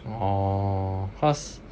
orh cause